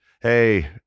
hey